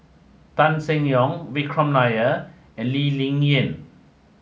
Tan Seng Yong Vikram Nair and Lee Ling Yen